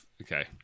Okay